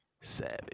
Savage